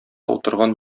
утырган